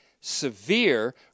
severe